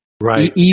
Right